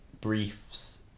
briefs